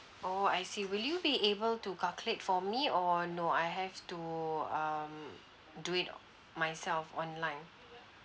orh I see will you be able to calculate for me or no I have to um do it myself online